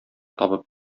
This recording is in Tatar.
табып